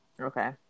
Okay